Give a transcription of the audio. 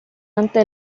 ante